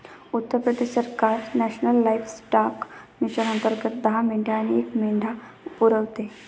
उत्तर प्रदेश सरकार national livestock mission अंतर्गत दहा मेंढ्या आणि एक मेंढा पुरवते